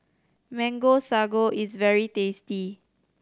Mango Sago is very tasty